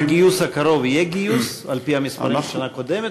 בגיוס הקרוב יהיה גיוס על-פי המספרים של השנה הקודמת,